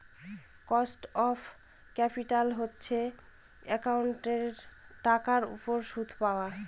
cost of capital হচ্ছে একাউন্টিঙের টাকার উপর সুদ পাওয়া